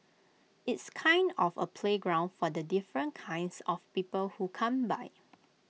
it's kind of A playground for the different kinds of people who come by